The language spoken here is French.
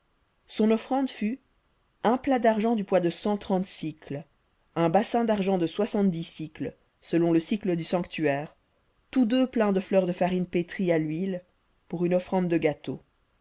son offrande fut un plat d'argent du poids de cent trente un bassin d'argent de soixante-dix sicles selon le sicle du sanctuaire tous deux pleins de fleur de farine pétrie à l'huile pour une offrande de gâteau